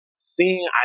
seeing